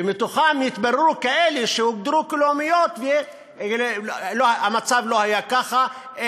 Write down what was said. ומתוכם יתבררו כאלה שהוגדרו כלאומיות והמצב לא היה ככה,